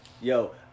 Yo